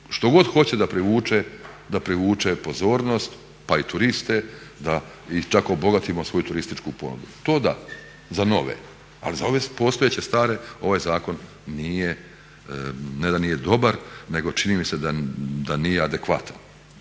što god hoće da privuče pozornost pa i turiste da i tako obogatimo svoju turističku ponudu. To da za nove, ali za ove postojeće stare ovaj zakon nije, ne da nije dobar, nego čini mi se da nije adekvatan.